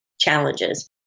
Challenges